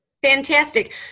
Fantastic